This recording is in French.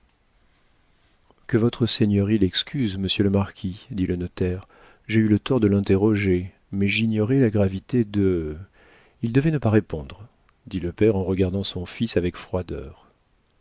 que votre seigneurie l'excuse monsieur le marquis dit le notaire j'ai eu le tort de l'interroger mais j'ignorais la gravité de il devait ne pas répondre dit le père en regardant son fils avec froideur